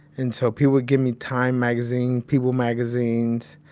and so people would give me time magazine, people magazines,